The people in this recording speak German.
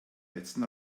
letzten